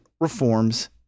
reforms